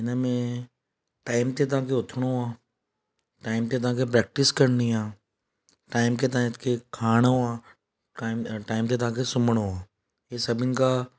हिनमें टाइम ते तव्हांखे उथणो आहे टाइम ते तव्हांखे प्रेक्टिस करणी आहे टाइम ते तव्हांखे खाइणो आहे टाइम ते तव्हांखे सुमणो आहे हीअ सभिन खां